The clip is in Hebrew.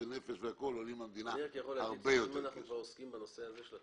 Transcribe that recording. בנפש עולים למדינה הרבה יותר כסף.